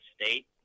state